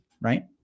Right